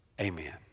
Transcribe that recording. Amen